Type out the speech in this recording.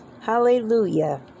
hallelujah